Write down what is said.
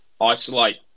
isolate